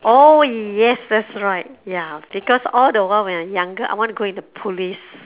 oh yes that's right ya because all the while when I younger I want to go into police